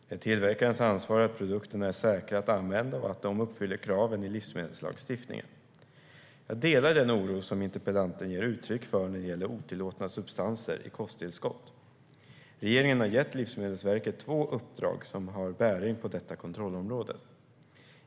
Det är tillverkarens ansvar att produkterna är säkra att använda och att de uppfyller kraven i livsmedelslagstiftningen. Jag delar den oro som interpellanten ger uttryck för när det gäller otillåtna substanser i kosttillskott. Regeringen har gett Livsmedelsverket två uppdrag som har bäring på detta kontrollområde.